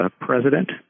president